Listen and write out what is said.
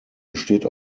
besteht